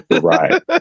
Right